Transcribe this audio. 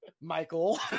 Michael